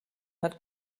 hat